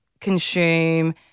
consume